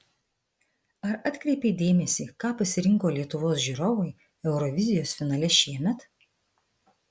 ar atkreipei dėmesį ką pasirinko lietuvos žiūrovai eurovizijos finale šiemet